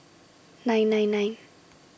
nine nine nine